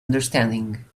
understanding